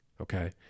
okay